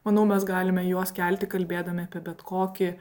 manau mes galime juos kelti kalbėdami apie bet kokį